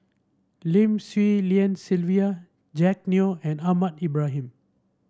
Lim Swee Lian Sylvia Jack Neo and Ahmad Ibrahim